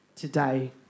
Today